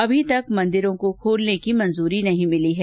अभी तक मंदिरों को खोलने की मंजूरी नहीं मिली है